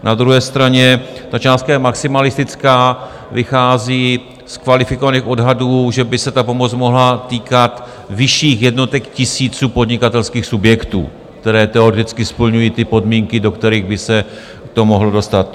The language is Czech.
Na druhé straně ta částka je maximalistická, vychází z kvalifikovaných odhadů, že by se ta pomoc mohla týkat vyšších jednotek tisíců podnikatelských subjektů, které teoreticky splňují ty podmínky, do kterých by se to mohlo dostat.